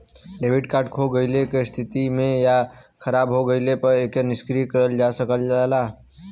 debit card खो गइले क स्थिति में या खराब हो गइले पर एके निष्क्रिय करल जा सकल जाला